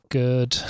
good